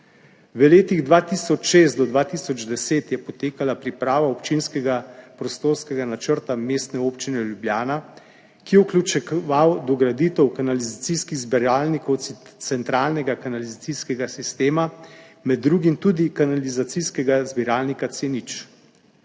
V letih od 2006 do 2010 je potekala priprava občinskega prostorskega načrta Mestne občine Ljubljana, ki je vključeval dograditev kanalizacijskih zbiralnikov centralnega kanalizacijskega sistema, med drugim tudi kanalizacijskega zbiralnika C0.